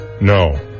no